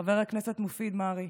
חבר הכנסת מופיד מרעי,